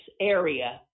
area